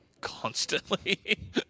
constantly